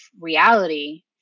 reality